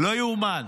לא ייאמן.